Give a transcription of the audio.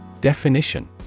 Definition